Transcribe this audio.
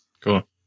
Cool